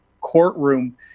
courtroom